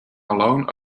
alone